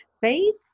Faith